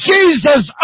Jesus